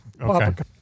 Okay